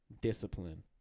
discipline